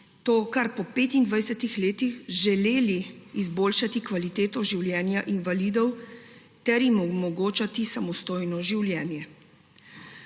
to kar po 25 letih, želeli izboljšati kvaliteto življenja invalidov ter jim omogočati samostojno življenje.